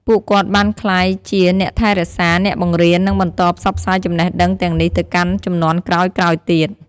ពួកគាត់បានក្លាយជាអ្នកថែរក្សា អ្នកបង្រៀន និងបន្តផ្សព្វផ្សាយចំណេះដឹងទាំងនេះទៅកាន់ជំនាន់ក្រោយៗទៀត។